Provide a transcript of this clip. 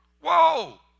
Whoa